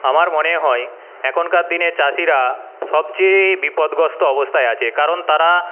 আমার মনে হয় এখনকার দিনের চাষিরা সবচেয়ে বিপদগ্রস্ত অবস্থায় আছে কারণ তারা